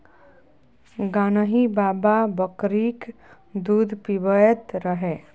गान्ही बाबा बकरीक दूध पीबैत रहय